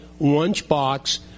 lunchbox